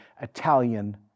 Italian